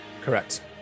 correct